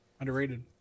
Underrated